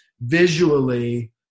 visually